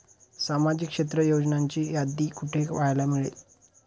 सामाजिक क्षेत्र योजनांची यादी कुठे पाहायला मिळेल?